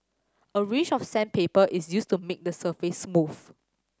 a range of sandpaper is used to make the surface smooth